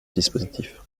dispositif